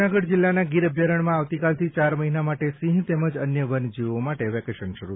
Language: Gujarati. જૂનાગઢ જિલ્લાના ગીર અભ્યારણ્યમાં આવતીકાલથી ચાર મહિના માટે સિંહ તેમજ અન્ય વન્ય જીવો માટે વેકેશન શરૂ થશે